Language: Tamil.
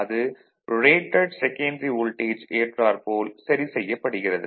அது ரேடட் செகன்டரி வோல்டேஜ் ஏற்றாற்போல் சரி செய்யப்படுகிறது